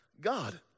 God